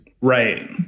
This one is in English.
Right